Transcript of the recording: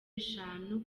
eshanu